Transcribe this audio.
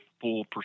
full